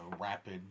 Rapid